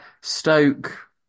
Stoke